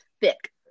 thick